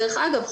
דרך אגב,